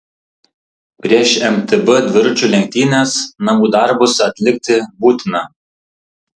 prieš mtb dviračių lenktynes namų darbus atlikti būtina